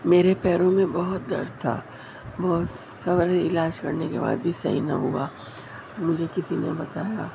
میرے پیروں میں بہت درد تھا بہت سارے علاج کرنے کے بعد بھی صحیح نہ ہوا مجھے کسی نے بتایا